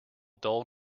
dull